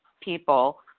people